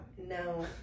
No